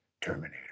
Terminator